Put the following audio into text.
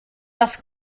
das